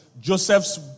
Joseph's